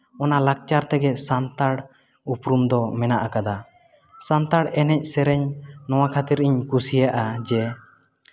ᱚᱱᱟ ᱞᱟᱠᱪᱟᱨ ᱛᱮᱜᱮ ᱥᱟᱱᱛᱟᱲ ᱩᱯᱨᱩᱢ ᱫᱚ ᱢᱮᱱᱟᱜ ᱟᱠᱟᱫᱟ ᱥᱟᱱᱛᱟᱲ ᱮᱱᱮᱡ ᱥᱮᱨᱮᱧ ᱱᱚᱣᱟ ᱠᱷᱟᱹᱛᱤᱨᱤᱧ ᱠᱩᱥᱤᱭᱟᱜᱼᱟ ᱡᱮ